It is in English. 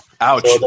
Ouch